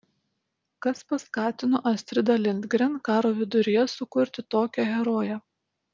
kas paskatino astridą lindgren karo viduryje sukurti tokią heroję